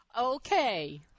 Okay